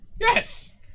Yes